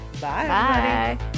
Bye